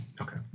Okay